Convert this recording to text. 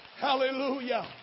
Hallelujah